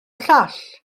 llall